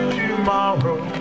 tomorrow